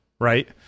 right